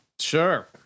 Sure